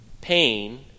pain